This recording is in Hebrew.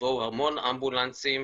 יבואו המון אמבולנסים,